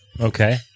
Okay